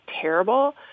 terrible